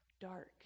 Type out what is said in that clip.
dark